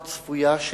הצעות לסדר-היום מס'